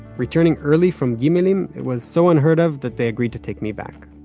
returning early from gimelim. it was so unheard of, that they agreed to take me back